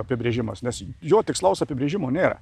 apibrėžimas nes jo tikslaus apibrėžimo nėra